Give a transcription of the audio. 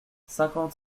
cinquante